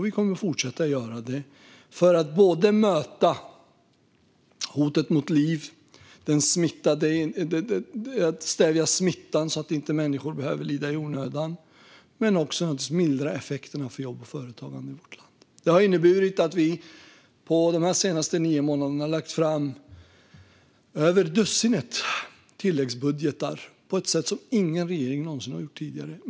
Vi kommer att fortsätta göra det inte bara för att möta hotet mot liv och stävja smittan så att människor inte behöver lida i onödan utan naturligtvis också för att mildra effekterna för jobb och företagande i vårt land. Det har inneburit att vi under de senaste nio månaderna har lagt fram över dussinet tilläggsbudgetar, på ett sätt som ingen regering någonsin har gjort tidigare.